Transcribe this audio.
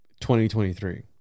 2023